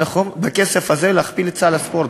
יכלו בכסף הזה להכפיל את סל הספורט.